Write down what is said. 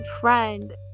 friend